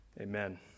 Amen